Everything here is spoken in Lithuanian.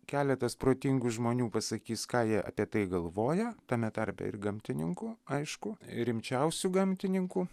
keletas protingų žmonių pasakys ką jie apie tai galvoja tame tarpe ir gamtininkų aišku rimčiausių gamtininkų